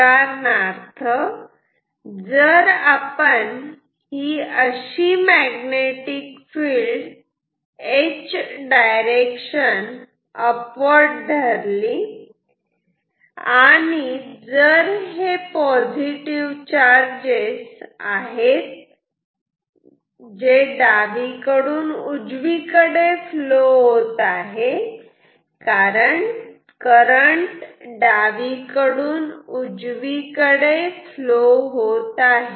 उदाहरणार्थ जर आपण ही अशी magnetic field H direction upward धरली आणि जर हे पॉझिटिव्ह चार्जेस आहेत जे डावीकडून उजवीकडे फ्लो होत आहेत कारण करंट डावीकडून उजवीकडे फ्लो होत आहे